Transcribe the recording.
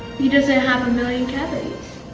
he doesn't have a million cavities.